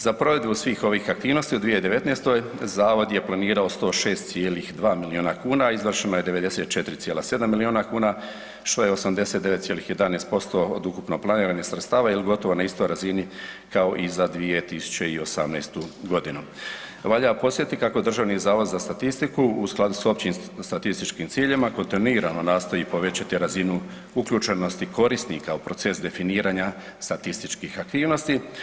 Za provedbu svih ovih aktivnosti u 2019. zavod je planirao 106,2 milijuna kuna, izvršeno je 94,7 milijuna kuna, što je 89,11% od ukupno planiranih sredstava il gotovo na istoj razini kao i za 2018.g. Valja podsjetiti kako Državni zavod za statistiku u skladu sa općim statističkim ciljevima kontinuirano nastoji povećati razinu uključenosti korisnika u proces definiranja statističkih aktivnosti.